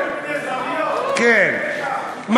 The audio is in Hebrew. מכל מיני זוויות.